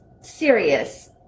serious